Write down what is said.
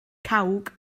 cawg